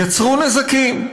יצרו נזקים.